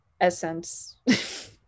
Essence